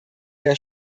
der